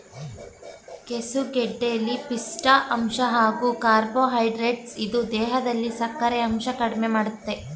ಕೆಸುಗೆಡ್ಡೆಲಿ ಪಿಷ್ಠ ಅಂಶ ಹಾಗೂ ಕಾರ್ಬೋಹೈಡ್ರೇಟ್ಸ್ ಇದ್ದು ದೇಹದಲ್ಲಿ ಸಕ್ಕರೆಯಂಶ ಕಡ್ಮೆಮಾಡ್ತದೆ